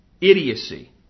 idiocy